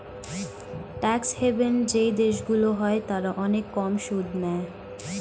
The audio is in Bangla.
ট্যাক্স হেভেন যেই দেশগুলো হয় তারা অনেক কম সুদ নেয়